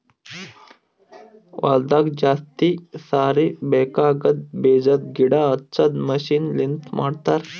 ಹೊಲದಾಗ ಜಾಸ್ತಿ ಸಾರಿ ಬೇಕಾಗದ್ ಬೀಜದ್ ಗಿಡ ಹಚ್ಚದು ಮಷೀನ್ ಲಿಂತ ಮಾಡತರ್